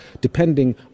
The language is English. depending